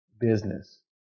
business